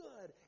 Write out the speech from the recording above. good